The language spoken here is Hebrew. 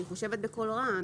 אני חושבת בקול רם.